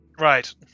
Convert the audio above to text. Right